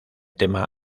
tema